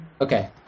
Okay